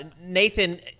Nathan